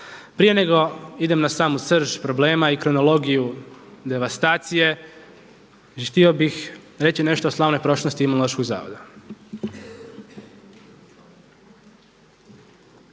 Prije nego idem na samu srž problema i kronologiju devastacije htio bih reći nešto o slavnoj prošlosti Imunološkog zavoda.